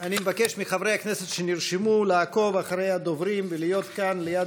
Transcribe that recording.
אני מבקש מחברי הכנסת שנרשמו לעקוב אחרי הדוברים ולהיות כאן ליד